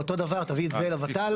באותו דבר תביא את זה לות"ל.